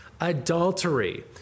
adultery